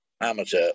amateur